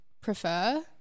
prefer